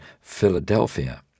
Philadelphia